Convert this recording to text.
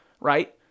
right